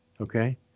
Okay